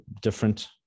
different